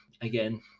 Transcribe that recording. again